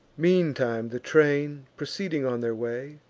meantime the train, proceeding on their way,